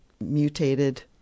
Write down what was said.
mutated